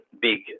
big